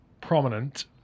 prominent